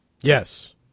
Yes